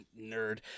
nerd